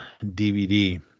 DVD